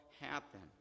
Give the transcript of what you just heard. happen